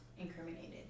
incriminated